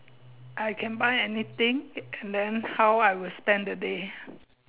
I can buy anything and then how I would spend the day